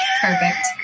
perfect